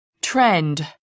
Trend